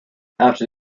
after